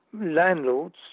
landlords